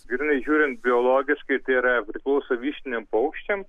grynai žiūrint biologiškai tai yra priklauso vištiniam paukščiam